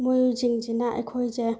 ꯃꯣꯏꯁꯤꯡꯁꯤꯅ ꯑꯩꯈꯣꯏꯁꯦ